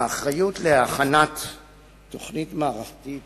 האחריות להכנת תוכנית מערכתית